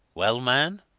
well, man?